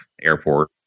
airport